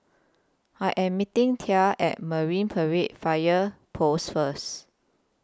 I Am meeting Thad At Marine Parade Fire Post First